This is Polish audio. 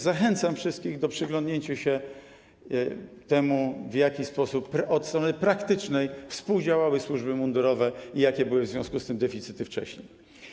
Zachęcam wszystkich do przyglądnięcia się temu, w jaki sposób od strony praktycznej współdziałały służby mundurowe i jakie były w związku z tym deficyty wcześniej.